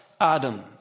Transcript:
Adam